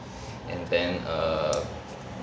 and then err